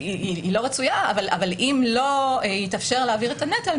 היא לא רצויה אבל אם לא יתאפשר להעביר את הנטל,